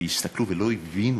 שהסתכלו ולא הבינו.